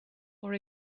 for